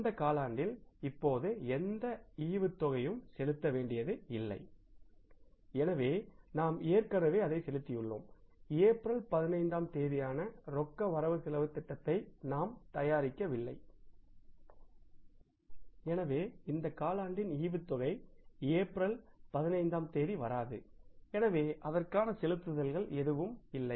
இந்த காலாண்டில் இப்போது எந்த டிவிடெண்ட் யும் செலுத்த வேண்டியதில்லை எனவே நாம் ஏற்கனவே அதை செலுத்தியுள்ளோம் ஏப்ரல் 15 ஆம் தேதிக்கான ரொக்க திட்ட பட்டியலை நாம் தயாரிக்கவில்லை எனவே இந்த காலாண்டின் டிவிடெண்ட் ஏப்ரல் 15 ஆம் தேதி வராது எனவே அதற்கான செலுத்துதல்கள் எதுவும் இல்லை